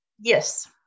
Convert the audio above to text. Yes